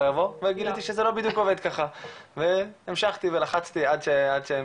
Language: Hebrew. הוא יבוא וגיליתי שזה לא בדיוק עובד ככה והמשכתי ולחצתי עד שהם